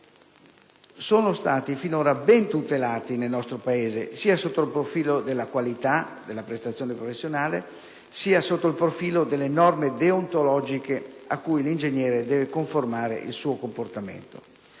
sono stati finora ben tutelati nel nostro Paese, sia sotto il profilo della qualità della prestazione professionale, sia sotto il profilo delle norme deontologiche a cui l'ingegnere deve conformare il suo comportamento.